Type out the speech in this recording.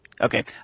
okay